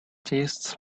tastes